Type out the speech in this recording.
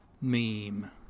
meme